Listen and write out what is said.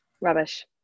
Rubbish